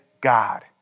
God